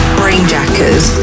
brainjackers